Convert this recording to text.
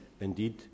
indeed